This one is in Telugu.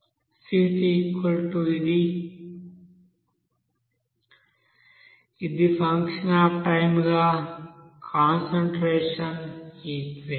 Ctexp ఇది ఫంక్షన్ అఫ్ టైం గా కాన్సంట్రేషన్ ఈక్వెషన్